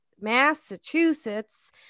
Massachusetts